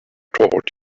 taught